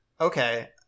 Okay